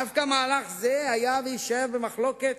דווקא מהלך זה היה ויישאר במחלוקת